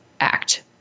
act